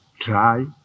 Try